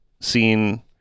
seen